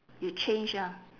you change ah